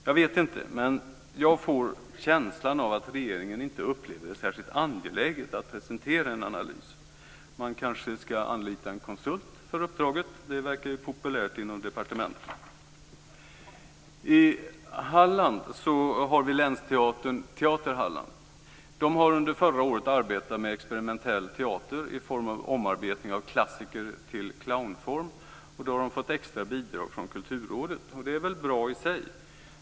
Jag vet inte, men jag får känslan av att regeringen inte upplever det som särskilt angeläget att presentera en analys. Man kanske ska anlita en konsult för uppdraget. Det verkar ju populärt inom departementet. I Halland finns Länsteater Halland. Den har under förra året arbetat med experimentell teater i form av omarbetning av klassiker till clownform. Den har fått extra bidrag från Kulturrådet. Det är väl bra i sig.